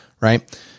Right